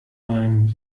beim